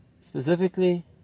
specifically